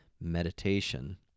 meditation